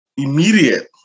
Immediate